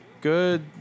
good